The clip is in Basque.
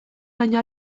baino